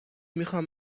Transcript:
میخوام